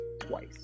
twice